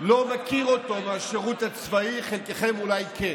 לא מכירים מהשירות הצבאי, חלקכם אולי כן.